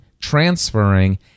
transferring